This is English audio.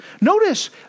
Notice